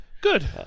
Good